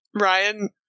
Ryan